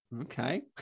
Okay